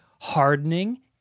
hardening